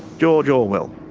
george orwell,